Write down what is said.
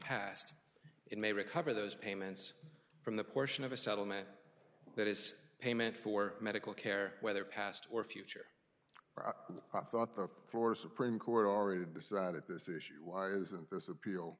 past it may recover those payments from the portion of a settlement that is payment for medical care whether past or future i thought the florida supreme court already decided this issue why isn't this appeal